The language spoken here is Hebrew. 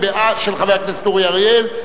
של חבר הכנסת אורי אריאל.